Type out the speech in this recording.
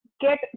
get